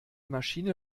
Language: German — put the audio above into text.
maschine